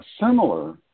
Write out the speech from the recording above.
similar